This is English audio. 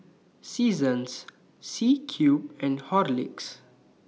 Seasons C Cube and Horlicks